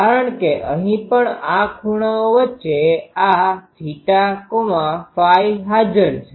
કારણ કે અહીં પણ આ ખૂણાઓ વચ્ચે આ θΦ હાજર છે